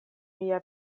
mia